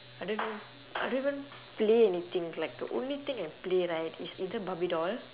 I don't even I don't even play anything like the only thing I play right is either barbie doll